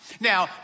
Now